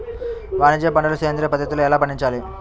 వాణిజ్య పంటలు సేంద్రియ పద్ధతిలో ఎలా పండించాలి?